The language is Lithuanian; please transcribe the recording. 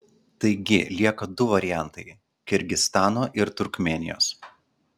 taigi lieka du variantai kirgizstano ir turkmėnijos